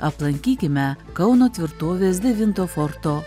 aplankykime kauno tvirtovės devinto forto